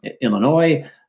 Illinois